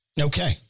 Okay